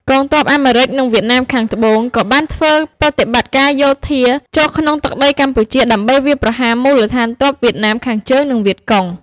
កងទ័ពអាមេរិក និងវៀតណាមខាងត្បូងក៏បានធ្វើប្រតិបត្តិការយោធាចូលក្នុងទឹកដីកម្ពុជា ដើម្បីវាយប្រហារមូលដ្ឋានទ័ពវៀតណាមខាងជើង និងវៀតកុង។